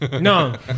No